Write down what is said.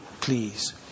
please